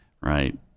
Right